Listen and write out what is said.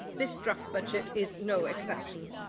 this draft budget is no exception.